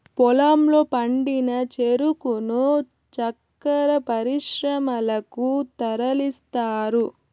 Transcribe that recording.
పొలంలో పండిన చెరుకును చక్కర పరిశ్రమలకు తరలిస్తారు